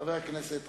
חבר הכנסת חסון,